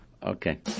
Okay